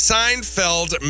Seinfeld